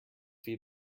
feed